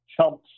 chumps